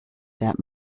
that